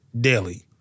daily